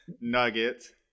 Nuggets